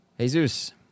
Jesus